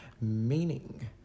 meaning